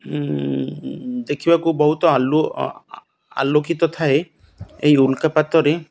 ଦେଖିବାକୁ ବହୁତ ଆଲୁଅ ଆଲୋକିତ ଥାଏ ଏହି ଉଲ୍କାପାତରେ